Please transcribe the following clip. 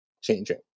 changing